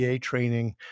training